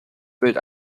bild